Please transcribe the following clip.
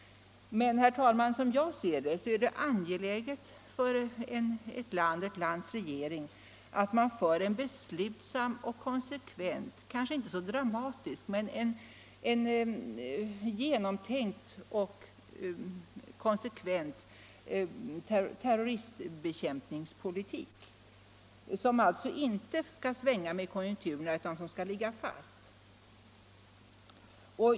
Men, herr talman, som jag ser det är det angeläget för ett lands regering att föra en beslutsam och konsekvent, kanske inte så dramatisk, men genomtänkt och konsekvent terroristbekämpningspolitik, som alltså inte skall svänga med konjunkturerna utan ligga fast.